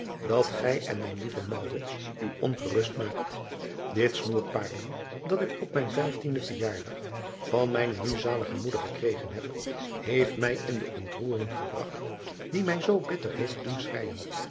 dat gij en mijn lieve u ongerust maakt it snoer paarlen dat ik op mijn vijftienden verjaardag van mijne nu zalige moeder gekregen heb heeft mij in de ontroering gebragt die mij zoo bitter heeft doen